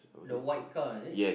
the white car is it